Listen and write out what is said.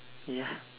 ya